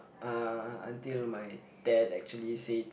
uh until my dad actually said